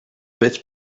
bit